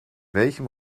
welchem